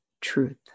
truth